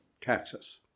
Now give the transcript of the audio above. Taxes